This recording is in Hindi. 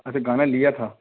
अच्छा गाना लिया था